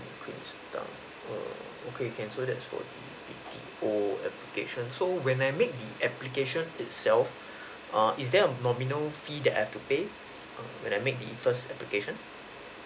queenstown err okay can so that's for B_T_O application so when I make the application itself err is there a nominal fee that I have to pay when I make the first application